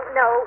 no